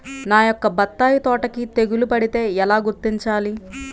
నా యొక్క బత్తాయి తోటకి తెగులు పడితే ఎలా గుర్తించాలి?